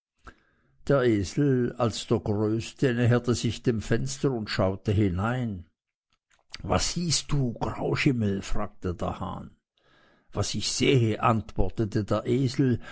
der esel als der größte näherte sich dem fenster und schaute hinein was siehst du grauschimmel fragte der hahn was ich sehe antwortete der esel